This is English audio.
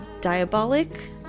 diabolic